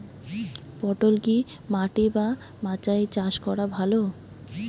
পটল কি মাটি বা মাচায় চাষ করা ভালো?